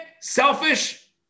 selfish